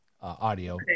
audio